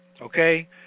Okay